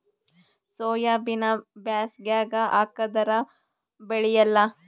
ಸೋಯಾಬಿನ ಬ್ಯಾಸಗ್ಯಾಗ ಹಾಕದರ ಬೆಳಿಯಲ್ಲಾ?